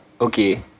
Okay